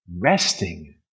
resting